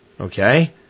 Okay